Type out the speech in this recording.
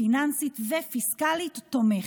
פיננסית ופיסקלית תומכת,